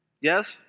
yes